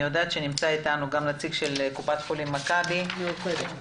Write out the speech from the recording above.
נמצא כאן נציג קופת חולים "מאוחדת"